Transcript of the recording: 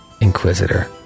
Inquisitor